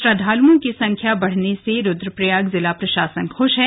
श्रद्वालुओं की संख्या बढ़ने से रूद्रप्रयाग जिला प्रशासन खुश है